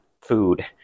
food